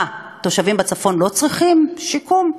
מה, תושבים בצפון לא צריכים שיקום?